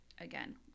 again